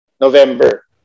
November